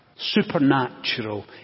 supernatural